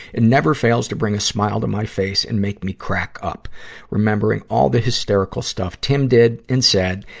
it never fails to bring a smile to my face and make me crack up remembering all the hysterical stuff tim did and said,